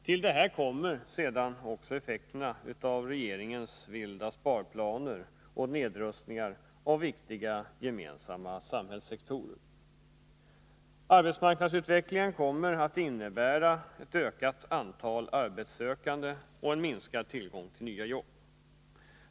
Till detta kommer sedan effekterna av regeringens vilda sparplaner och Nr 27 nedrustningar av viktiga gemensamma samhällssektorer. Arbetsmarknadsutvecklingen kommer att innebära ett ökat antal arbetssökande och en minskad tillgång till nya jobb.